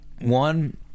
one